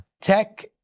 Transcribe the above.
Tech